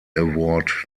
award